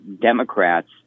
Democrats